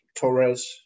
Torres